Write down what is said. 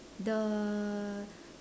the